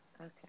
Okay